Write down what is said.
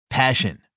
Passion